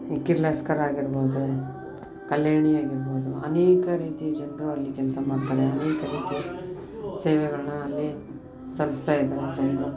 ಈ ಕಿರ್ಲಸ್ಕರ್ ಆಗಿರ್ಬೋದು ಕಲ್ಯಾಣಿ ಆಗಿರ್ಬೋದು ಅನೇಕ ರೀತಿ ಜನರು ಅಲ್ಲಿ ಕೆಲಸ ಮಾಡ್ತಾರೆ ಅನೇಕ ರೀತಿ ಸೇವೆಗಳನ್ನ ಅಲ್ಲಿ ಸಲ್ಲಿಸ್ತಾ ಇದ್ದಾರೆ ಜನರು